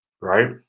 right